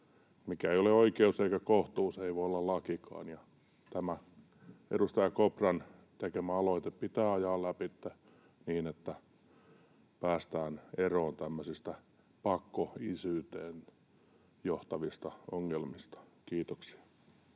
Mikä ei ole oikeus eikä kohtuus, ei voi olla lakikaan. Tämä edustaja Kopran tekemä aloite pitää ajaa läpi niin, että päästään eroon tämmöisistä pakkoisyyteen johtavista ongelmista. — Kiitoksia.